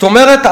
זאת אומרת,